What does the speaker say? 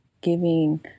giving